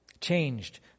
changed